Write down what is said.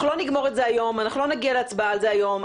אנחנו לא נגמור אותו היום ולא נצביע היום,